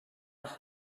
que